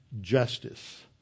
justice